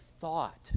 thought